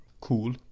cool